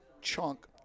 chunk